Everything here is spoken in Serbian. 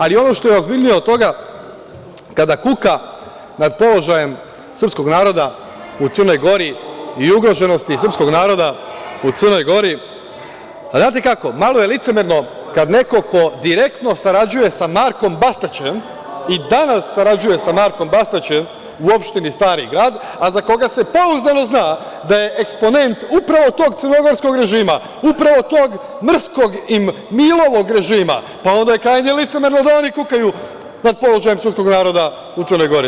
Ali, ono što je ozbiljnije od toga, kada kuka nad položajem srpskog naroda u Crnoj Gori i ugroženosti srpskog naroda u Crnoj Gori, znate kako, malo je licemerno kada neko ko direktno sarađuje sa Markom Bastaćem i danas sarađuje sa Markom Bastaćem u opštini Stari Grad, a za koga se pouzdano zna da je eksponent upravo tog crnogorskog režima, upravo tog mrskog im Milovog režima, pa onda je krajnje licemerno da oni kukaju nad položajem srpskog naroda u Crnoj Gori.